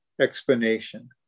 Explanation